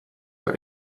der